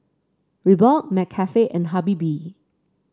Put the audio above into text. Reebok McCafe and Habibie